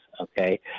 okay